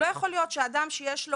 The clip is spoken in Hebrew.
לא יכול להיות שאדם שגם